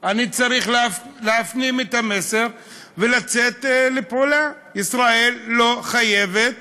אני צריך להפנים את המסר ולצאת לפעולה: ישראל לא חייבת